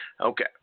Okay